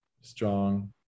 strong